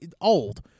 old